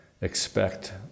expect